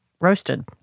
roasted